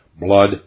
blood